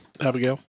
Abigail